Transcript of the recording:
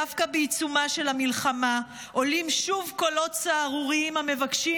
דווקא בעיצומה של המלחמה עולים שוב קולות סהרוריים המבקשים